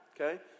okay